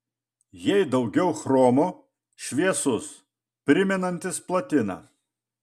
jei daugiau chromo šviesus primenantis platiną